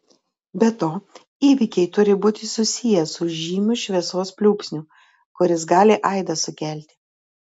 be to įvykiai turi būti susiję su žymiu šviesos pliūpsniu kuris gali aidą sukelti